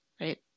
right